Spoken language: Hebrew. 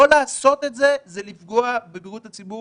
לא לעשות את זה זה לפגוע בבריאות הציבור,